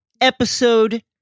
episode